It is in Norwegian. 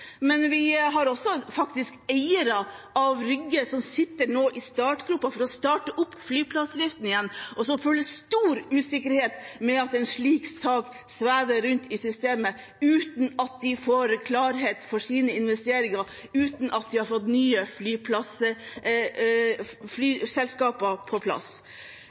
men eierne av Rygge sitter faktisk nå i startgropen for å starte opp flyplassdriften igjen, og de føler en stor usikkerhet ved at en slik sak svever rundt i systemet uten at de får klarhet med tanke på sine investeringer, og uten at de har fått nye flyselskaper på plass.